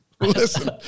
Listen